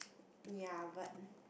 ya but